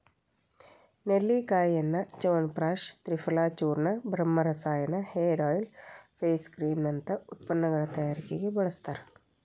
ನೆಲ್ಲಿಕಾಯಿಯನ್ನ ಚ್ಯವನಪ್ರಾಶ ತ್ರಿಫಲಚೂರ್ಣ, ಬ್ರಹ್ಮರಸಾಯನ, hair oil, face cream ನಂತ ಉತ್ಪನ್ನಗಳ ತಯಾರಿಕೆಗೆ ಬಳಸ್ತಾರ